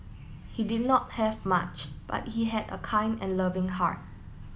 he did not have much but he had a kind and loving heart